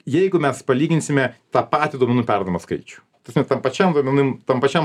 jeigu mes palyginsime tą patį duomenų perdavimo skaičių ta prasme tam pačiam duomenim tam pačiam